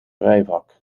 rijvak